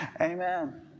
Amen